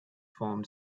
formed